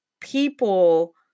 people